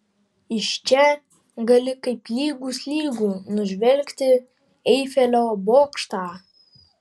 iš čia gali kaip lygus lygų nužvelgti eifelio bokštą